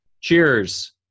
Cheers